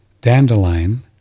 Dandelion